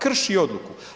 Krši odluku.